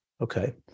Okay